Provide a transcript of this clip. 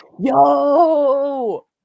yo